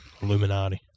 Illuminati